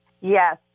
Yes